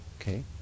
Okay